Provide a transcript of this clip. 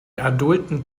adulten